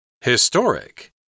Historic